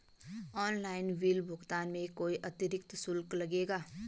Online bill भुगतान में कोई अतिरिक्त शुल्क लगेगा?